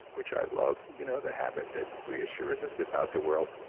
which i love, you know the habit that reassures us about the world.